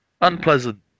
Unpleasant